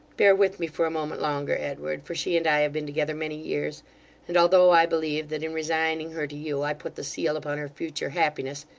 bear with me for a moment longer, edward, for she and i have been together many years and although i believe that in resigning her to you i put the seal upon her future happiness,